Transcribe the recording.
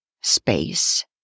space